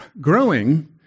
growing